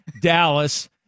Dallas